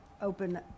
open